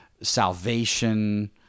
salvation